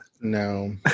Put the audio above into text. No